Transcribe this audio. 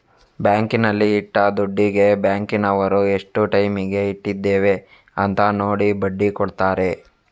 ಬ್ಯಾಂಕಿನಲ್ಲಿ ಇಟ್ಟ ದುಡ್ಡಿಗೆ ಬ್ಯಾಂಕಿನವರು ಎಷ್ಟು ಟೈಮಿಗೆ ಇಟ್ಟಿದ್ದೇವೆ ಅಂತ ನೋಡಿ ಬಡ್ಡಿ ಕೊಡ್ತಾರೆ